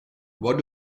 what